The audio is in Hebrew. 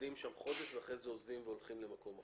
עובדים שם חודש ואחרי זה עוזבים והולכים למקום אחר,